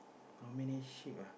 how many sheep ah